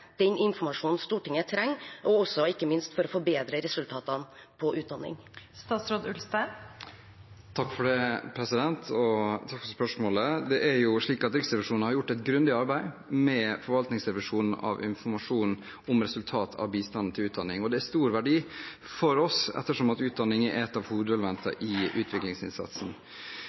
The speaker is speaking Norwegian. den informasjonen Stortinget trenger, og ikke minst for å forbedre resultatene innen utdanning? Takk for spørsmålet. Riksrevisjonen har gjort et grundig arbeid med forvaltningsrevisjonen av informasjonen om resultater av bistanden til utdanning. Det er av stor verdi for oss ettersom utdanning er et av hovedelementene i utviklingsinnsatsen.